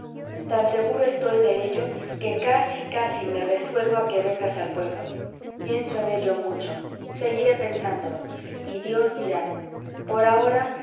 tan seguro estoy de ello que casi casi me resuelvo a que te vengas al pueblo pienso en ello mucho seguiré pensándolo y dios dirá por ahora